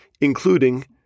including